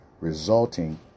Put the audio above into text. resulting